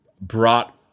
brought